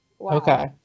okay